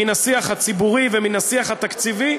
מן השיח הציבורי ומן השיח התקציבי,